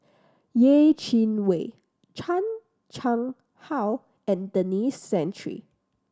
Yeh Chi Wei Chan Chang How and Denis Santry